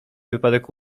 przypadek